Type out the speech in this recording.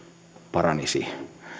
paranisi